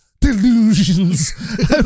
Delusions